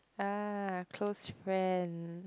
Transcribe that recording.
ah close friend